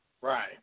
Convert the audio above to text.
right